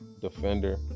defender